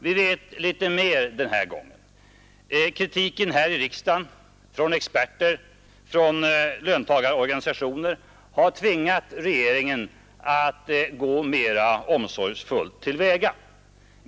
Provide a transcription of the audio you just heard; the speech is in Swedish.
Vi vet litet mer den här gången. Kritiken här i riksdagen, från experter och från löntagarorganisationer har tvingat regeringen att gå mera omsorgsfullt till väga.